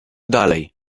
dalej